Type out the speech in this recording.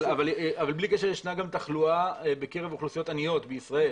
אבל בלי קשר ישנה גם תחלואה בקרב אוכלוסיות עניות בישראל.